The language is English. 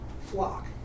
flock